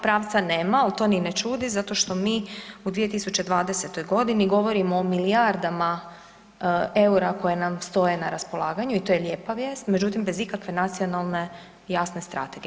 Pravca nema, to ni ne čudi zato što mi u 2020.g. govorimo o milijardama EUR-a koje nam stoje na raspolaganju i to je lijepa vijest, međutim bez ikakve nacionalne i jasne strategije.